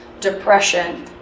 depression